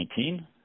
2019